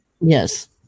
Yes